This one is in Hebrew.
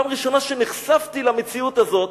זאת היתה הפעם הראשונה שנחשפתי למציאות הזאת.